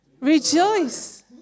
rejoice